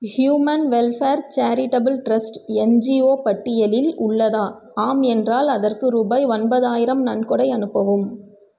human welfare charitable trust NGO பட்டியலில் உள்ளதா ஆம் என்றால் அதற்கு ரூபாய் ஒன்பதாயிரம் நன்கொடை அனுப்பவும்